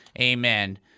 Amen